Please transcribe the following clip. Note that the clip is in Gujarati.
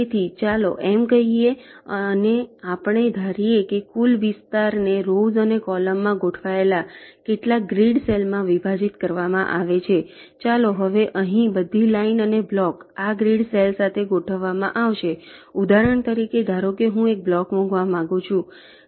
તેથીચાલો એમ કહીએ અને આપણે ધારીએ કે કુલ વિસ્તારને રોવ્સ અને કૉલમમાં ગોઠવાયેલા કેટલાક ગ્રીડ સેલમાં વિભાજિત કરવામાં આવે છે ચાલો હવે અહીં બધી લાઇન અને બ્લોક આ ગ્રીડ સેલ્સ સાથે ગોઠવવામાં આવશે ઉદાહરણ તરીકે ધારો કે હું બ્લોક મૂકવા માંગુ છું કહીએ